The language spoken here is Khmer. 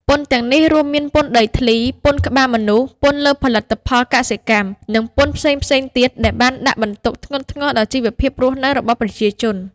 ពន្ធទាំងនេះរួមមានពន្ធដីធ្លី ពន្ធក្បាលមនុស្ស ពន្ធលើផលិតផលកសិកម្ម និងពន្ធផ្សេងៗទៀតដែលបានដាក់បន្ទុកធ្ងន់ធ្ងរដល់ជីវភាពរស់នៅរបស់ប្រជាជន។